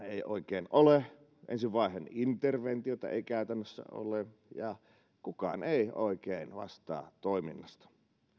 oikein ole ensivaiheen interventiota ei käytännössä ole ja kukaan ei oikein vastaa toiminnasta